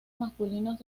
masculinos